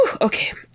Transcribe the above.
Okay